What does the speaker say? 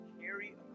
Carry